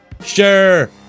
Sure